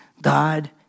God